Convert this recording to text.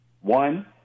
One